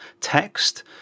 text